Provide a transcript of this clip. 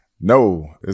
No